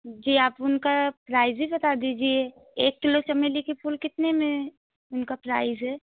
जी आप उनका प्राइज़ भी बता दीजिए एक किलो चमेली के फूल कितने में उनका प्राइज़ है